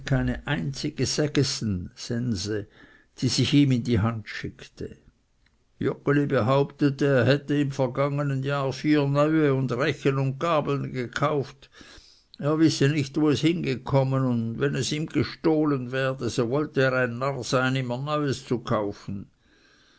keine einzige segessen die sich ihm in die hand schickte joggeli behauptete er hätte im vergangenen jahre vier neue und rechen und gabeln gekauft er wisse nicht wo es hingekommen und wenn es ihm gestohlen werde so wollte er ein narr sein immer neues zu kaufen